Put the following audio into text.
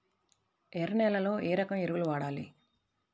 ఎర్ర నేలలో ఏ రకం ఎరువులు వాడాలి?